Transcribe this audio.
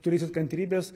turėsit kantrybės